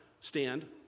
stand